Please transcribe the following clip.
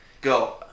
go